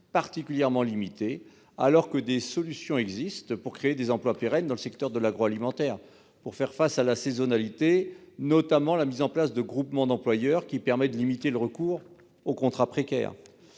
particulièrement limité, alors que des solutions existent pour créer des emplois pérennes dans le secteur de l'agroalimentaire et faire face à la saisonnalité. Je pense notamment à la mise en place de groupements d'employeurs afin de limiter le recours aux contrats précaires.